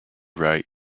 write